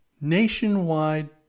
nationwide